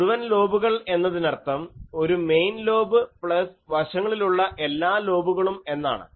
മുഴുവൻ ലോബുകൾ എന്നതിനർത്ഥം ഒരു മെയിൻ ലോബ് പ്ലസ് വശങ്ങളിലുള്ള എല്ലാ ലോബുകളും എന്നാണ്